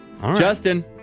Justin